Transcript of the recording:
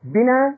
Bina